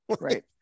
Right